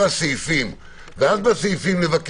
ואז ניכנס.